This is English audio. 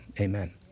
amen